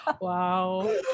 Wow